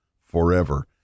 forever